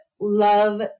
love